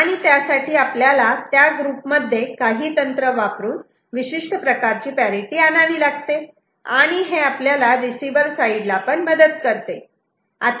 आणि त्यासाठी आपल्याला त्या ग्रुपमध्ये काही तंत्र वापरून विशिष्ट प्रकारची पॅरिटि आणावी लागते आणि हे आपल्याला रिसिव्हर साईड ला पण मदत करते